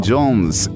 Jones